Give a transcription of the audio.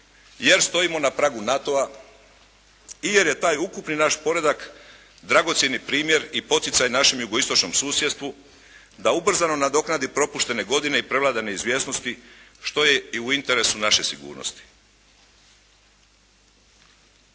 jer stojimo na pragu NATO-a i jer je taj ukupni naš poredak dragocjeni primjer i poticaj našem jugoistočnom susjedstvu da ubrzano nadoknadi propuštene godine i prevlada neizvjesnosti što je i u interesu naše sigurnosti.